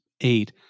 eight